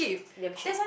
damn cheap